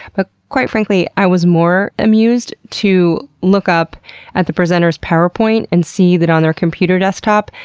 but quite frankly i was more amused to look up at the presenter's powerpoint and see that on their computer desktop,